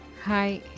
Hi